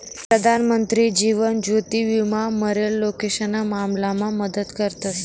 प्रधानमंत्री जीवन ज्योति विमा मरेल लोकेशना मामलामा मदत करस